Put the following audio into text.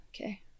Okay